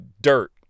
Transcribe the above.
dirt